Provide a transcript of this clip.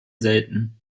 selten